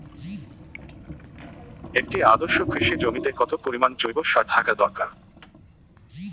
একটি আদর্শ কৃষি জমিতে কত পরিমাণ জৈব সার থাকা দরকার?